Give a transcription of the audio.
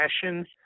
passion